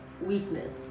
weakness